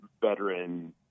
veteran